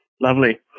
Lovely